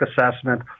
assessment